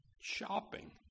shopping